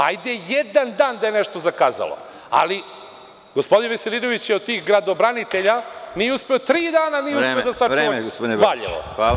Hajde jedan dan da je nešto zakazalo, ali gospodin Veselinović je od tih gradobranitelja nije uspeo tri dana da sačuva Valjevo.